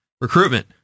recruitment